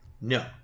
No